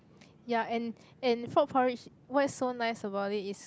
ya and and frog porridge what's so nice about it is